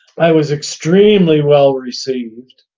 i was extremely well received,